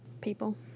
People